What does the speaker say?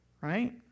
right